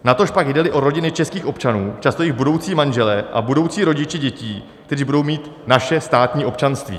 Natožpak jdeli o rodiny českých občanů, často i budoucí manžele a budoucí rodiče dětí, kteří budou mít naše státní občanství.